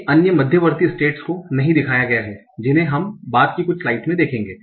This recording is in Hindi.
कई अन्य मध्यवर्ती स्टेट्स को नहीं दिखाया गया है जिन्हे हम बाद की कुछ स्लाइड्स में देखेंगे